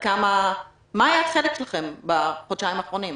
מה היה החלק שלכם בחודשיים האחרונים?